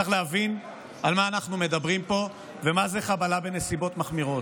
צריך להבין על מה אנחנו מדברים פה ומהי חבלה בנסיבות מחמירות.